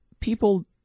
people